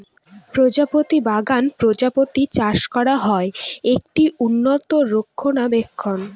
প্রজাপতি বাগান প্রজাপতি চাষ করা হয়, একটি উন্নত রক্ষণাবেক্ষণ